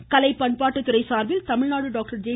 மேலும் கலை பண்பாட்டுத் துறையின் சார்பில் தமிழ்நாடு டாக்டர் ஜெ